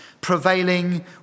prevailing